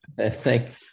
thank